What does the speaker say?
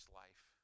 life